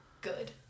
Good